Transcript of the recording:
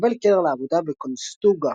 התקבל קלר לעבודה ב"קונסטוגה